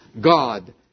God